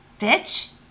bitch